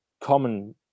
common